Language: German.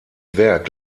werk